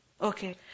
Okay